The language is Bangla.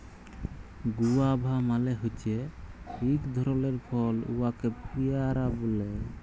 গুয়াভা মালে হছে ইক ধরলের ফল উয়াকে পেয়ারা ব্যলে